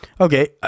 okay